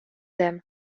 them